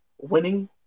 winning